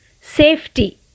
safety